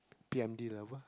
P_M_D lover